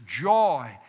joy